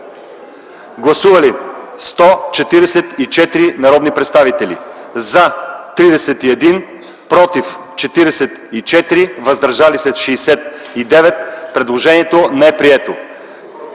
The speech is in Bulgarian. Гласували 144 народни представители: за 31, против 44, въздържали се 69. Предложението не е прието,